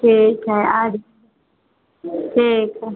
ठीक है आ रही ठीक है